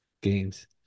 games